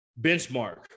benchmark